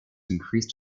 increased